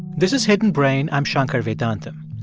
this is hidden brain. i'm shankar vedantam.